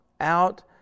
out